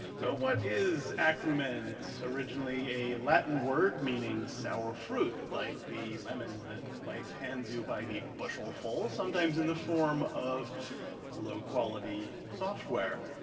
so what is acrumen? it's originally a latin word meaning sour fruit, like the lemons that life hands you by the bushelful sometimes in the form of low-quality software.